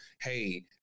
Hey